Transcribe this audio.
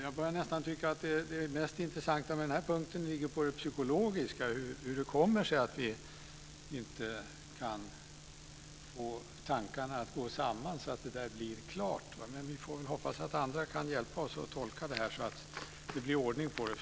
Jag börjar nästan tycka att det mest intressanta med den här punkten ligger på det psykologiska planet, hur det kommer sig att vi inte kan få tankarna att gå samman så att det här blir klart. Vi får väl hoppas att andra kan hjälpa oss att tolka det här så att det blir ordning på det.